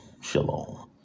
Shalom